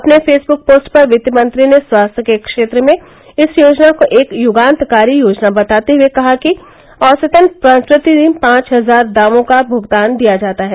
अपने Facebook post पर वित्त मंत्री ने स्वास्थ्य के क्षेत्र में इस योजना को एक युगांतरकारी योजना बताते हुए कहा कि औसतन प्रतिदिन पांच हजार दावों का भुगतान दिया जाता है